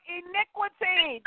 iniquity